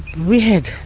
we had,